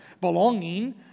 belonging